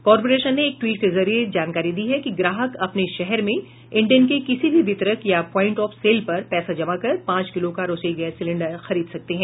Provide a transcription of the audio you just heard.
corporation ने एक tweet के जरिये जानकारी दी है कि ग्राहक अपने शहर में इंडेन के किसी भी वितरक या प्वांइट ऑफ सेल पर पैसा जमा कर पांच किलो का रसोई गैस सिलेंडर खरीद सकते हैं